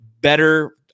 better